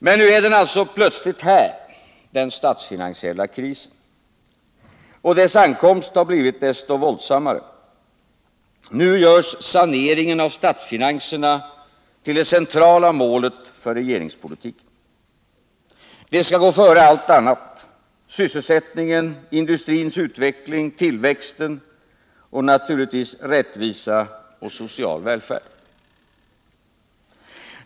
Men nu är den alltså plötsligt här — den statsfinansiella krisen. Och dess ankomst har blivit desto våldsammare. Nu görs saneringen av statsfinanserna till det centrala målet för regeringspolitiken. Den skall gå före allt annat: sysselsättningen, industrins utveckling, tillväxten och naturligtvis rättvisa och social välfärd.